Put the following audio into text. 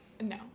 No